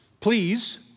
Please